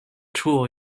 tool